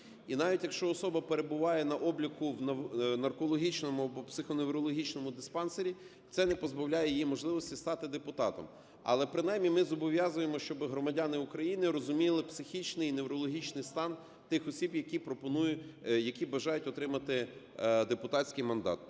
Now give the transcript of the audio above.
і навіть якщо особа перебуває на обліку в наркологічному або психоневрологічному диспансері, це не позбавляє її можливості стати депутатом. Але, принаймні, ми зобов'язуємо, щоби громадяни України розуміли психічний і неврологічний стан тих осіб, які бажають отримати депутатський мандат.